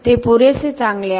ते पुरेसे चांगले आहे